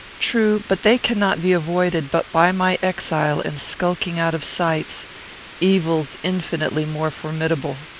true but they cannot be avoided but by my exile and skulking out of sight evils infinitely more formidable.